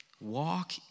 walk